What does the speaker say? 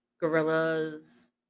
gorillas